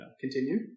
Continue